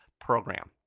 program